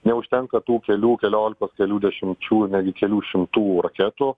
neužtenka tų kelių keliolikos kelių dešimčių netgi kelių šimtų raketų